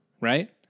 right